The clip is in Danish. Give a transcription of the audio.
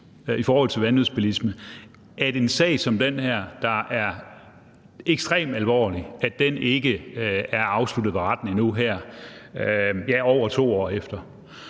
i forhold til vanvidsbilisme, og som er ekstremt alvorlig, ikke er afsluttet ved retten endnu her over 2 år efter.